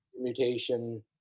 mutation